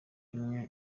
imwe